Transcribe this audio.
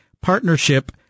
partnership